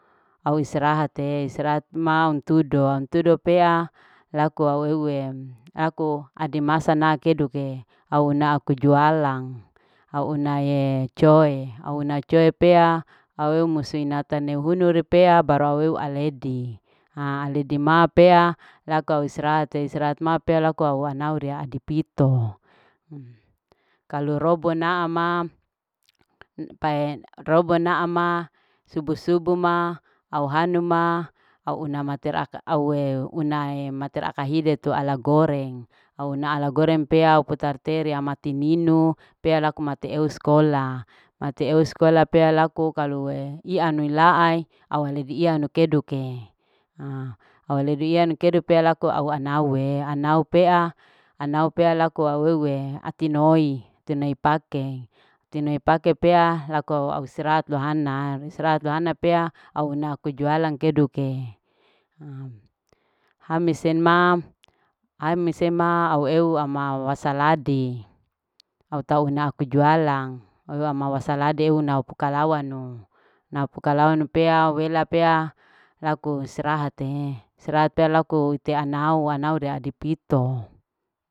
Au istirahat te istirahat manguntudo ntudo pea laku au eue laku ade masana keduke au naku jualang au unae coe au una coe pea au weu musui nata ne hunuru pea baru au weu aledi aledi ma pea laku au istirahat te au istirahat ma pea laku au anau ria adipito. kalu robo naa ma pae robohna ama subuh subuh ma au hanuma au una mater aue unae mater akahide tu ala goreng auuna ala goreng pea au putar te rea mati minum pea laku mati eu skola mati eu skola pea laku kalue ianu laai au lebi ianu keduke p au lebi ianu keduke laku au anaue anau peea. anau pea anau pea laku kalu auweuwe ati noi ati noi pake tenai pake pea laku au. au istirahat lohana istirahat lohana pea au una kujualan keduke. Hamis sin mam, hamise ma aueu ama wasaladi au ta una aku jualang au ama wasaladi inau pukalawa nu. inau pukalawa nu pea. wela pea laku istirahat te, istirahat pe laku te anau. anau dera di pito